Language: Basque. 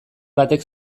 batek